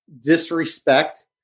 disrespect